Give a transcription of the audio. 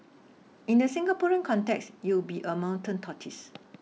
in the Singaporean context you'll be a mountain tortoise